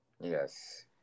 Yes